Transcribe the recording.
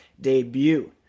debut